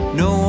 no